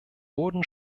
wurden